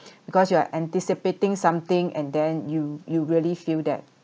because you are anticipating something and then you you really feel that